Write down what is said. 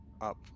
up